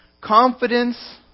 confidence